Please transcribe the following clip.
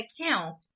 account